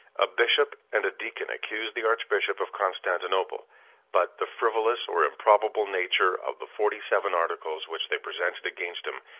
a bishop and a deacon accused the archbishop of constantinople but the frivolous or improbable nature of the forty-seven articles which they presented against him,